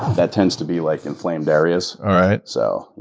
that tends to be like inflamed areas. alright. so,